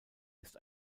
ist